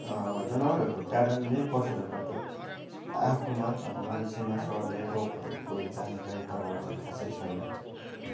जानवरहरूको कारणले पशुहरूबाट आफूमा अब मान्छेमा सर्ने रोगहरूको जानकारी त अब मलाई खासै छैन